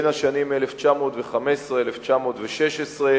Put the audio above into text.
בשנים 1915 1916,